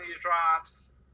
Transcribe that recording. drops